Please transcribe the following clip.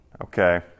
okay